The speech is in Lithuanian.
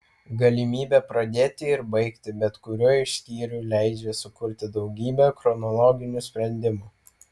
galimybė pradėti ir baigti bet kuriuo iš skyrių leidžia sukurti daugybę chronologinių sprendimų